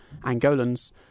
Angolans